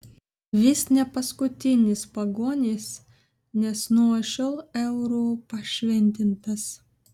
vis ne paskutinis pagonis nes nuo šiol euru pašventintas